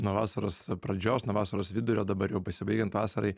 nuo vasaros pradžios nuo vasaros vidurio dabar jau besibaigiant vasarai